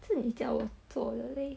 是你叫我做的 leh